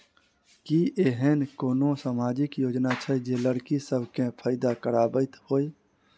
की एहेन कोनो सामाजिक योजना छै जे लड़की सब केँ फैदा कराबैत होइ?